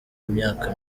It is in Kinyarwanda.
myaka